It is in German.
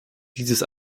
dieses